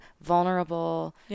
vulnerable